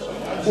היה דיון.